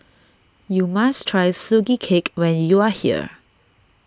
you must try Sugee Cake when you are here